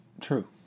True